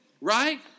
right